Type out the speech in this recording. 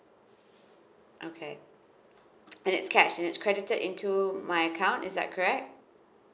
okay and its cash and its credited into my account is that correct